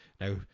Now